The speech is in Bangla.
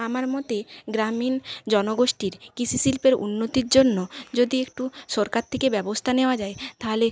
আমার মতে গ্রামীণ জনগোষ্ঠীরর কৃষি শিল্পের উন্নতির জন্য যদি একটু সরকার থেকে ব্যবস্থা নেওয়া যায় তালে